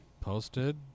posted